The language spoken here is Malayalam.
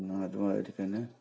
എന്നാൽ അതുമാതിരി തന്നെ